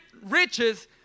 riches